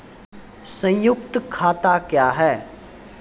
संयुक्त खाता क्या हैं?